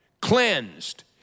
cleansed